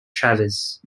travis